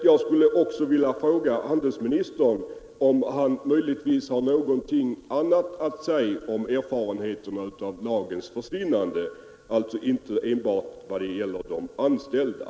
Jag vill också fråga handelsministern om han möjligen har något att tillägga rörande erfarenheterna av lagens borttagande, alltså någonting som inte gäller enbart de anställda.